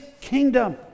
kingdom